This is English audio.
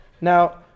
Now